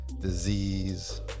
disease